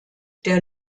der